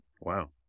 Wow